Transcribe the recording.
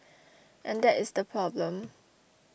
and that is the problem